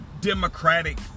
Democratic